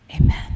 Amen